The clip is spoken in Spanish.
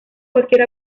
cualquier